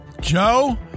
Joe